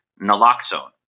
naloxone